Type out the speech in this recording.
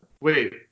Wait